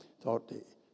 thought